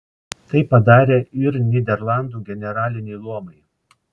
tai padarė ir nyderlandų generaliniai luomai